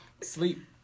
Sleep